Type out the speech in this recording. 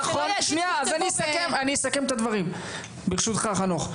נכון שנייה אז אני אסכם את הדברים ברשותך חנוך,